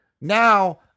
Now